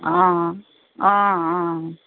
অঁ অঁ অঁ